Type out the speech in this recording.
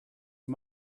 you